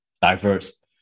diverse